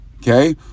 okay